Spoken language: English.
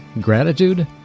Gratitude